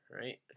right